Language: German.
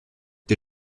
the